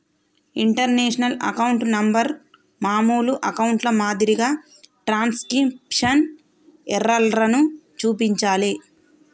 international account number మామూలు అకౌంట్ల మాదిరిగా ట్రాన్స్క్రిప్షన్ ఎర్రర్లను చూపించలే